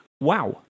Wow